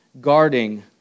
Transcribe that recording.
guarding